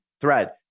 thread